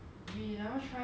I would actually